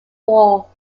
wall